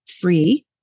free